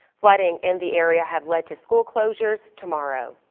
flooding in the area have led to school closures tomorrow.